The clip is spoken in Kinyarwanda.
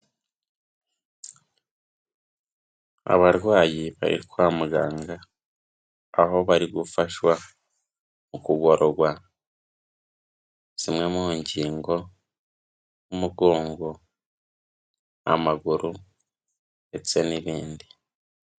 Abarwayi bari kwa muganga aho bari gufashwa mu kugororwa zimwe mu ngingo z'umugongo n'amaguru ndetse n'ibindi.